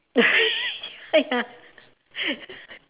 ya